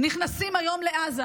נכנסים היום לעזה,